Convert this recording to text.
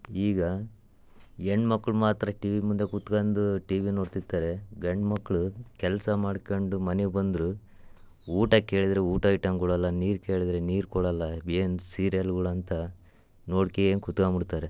ಈಗ ಹೆಣ್ಮಕ್ಳು ಮಾತ್ರ ಟಿ ವಿ ಮುಂದೆ ಕುತ್ಕಂದು ಟಿ ವಿ ನೋಡ್ತಿರ್ತಾರೆ ಗಂಡು ಮಕ್ಕಳು ಕೆಲಸ ಮಾಡ್ಕೊಂಡು ಮನೆಗೆ ಬಂದರೂ ಊಟ ಕೇಳಿದರೆ ಊಟ ಐಟಮ್ ಕೊಡೋಲ್ಲ ನೀರು ಕೇಳಿದರೆ ನೀರು ಕೊಡೋಲ್ಲ ಏನು ಸೀರಿಯಲ್ಗಳು ಅಂತ ನೋಡ್ಕನ್ ಕುತ್ಕಂಬಿಡ್ತಾರೆ